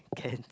can